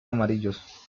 amarillos